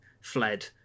fled